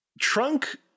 Trunk